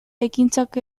ekintzak